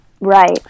Right